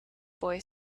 boy